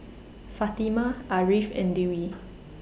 Fatimah Ariff and Dewi